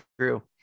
true